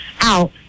out